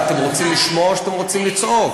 אתם רוצים לשמוע או שאתם רוצים לצעוק?